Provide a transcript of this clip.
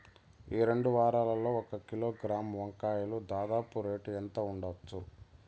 ఈ రెండు వారాల్లో ఒక కిలోగ్రాము వంకాయలు దాదాపు రేటు ఎంత ఉండచ్చు?